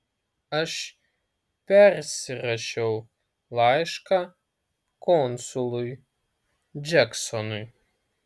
aš persirašiau laišką konsului džeksonui